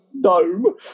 dome